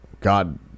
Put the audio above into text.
God